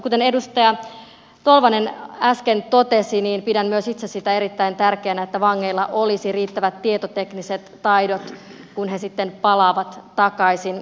kuten edustaja tolvanen äsken totesi pidän myös itse erittäin tärkeänä sitä että vangeilla olisi riittävät tietotekniset taidot kun he sitten palaavat takaisin yhteiskuntaan